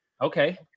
Okay